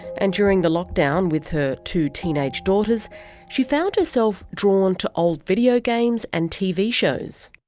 and during the lockdown with her two teenage daughters she found herself drawn to old video games and tv shows.